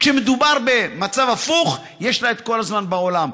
כשמדובר במצב הפוך, יש לה כל הזמן בעולם.